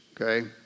okay